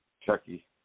Chucky